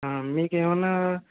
మీకేమన్నా